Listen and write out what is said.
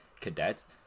cadets